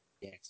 yes